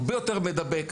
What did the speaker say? הרבה יותר מדבק,